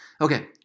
Okay